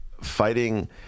fighting